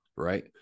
right